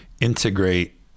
integrate